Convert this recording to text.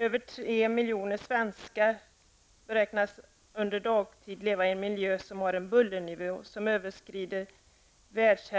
Över tre miljoner svenskar lever under dagtid i en miljö som har en bullernivå som överskrider De källor